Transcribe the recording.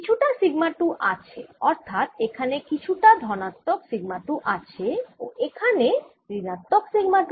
কিছু টা সিগমা 2 আছে অর্থাৎ এখানে কিছুটা ধনাত্মক সিগমা 2 আছে ও এখানে ঋণাত্মক সিগমা 2